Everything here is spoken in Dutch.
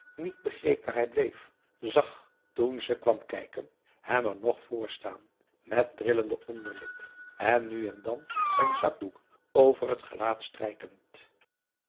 niet begreep waar hij bleef zag toen ze kwam kijken hem er nog vr staan met trillende onderlip en nu en dan zijn zakdoek over het gelaat strijkend